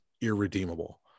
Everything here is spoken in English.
irredeemable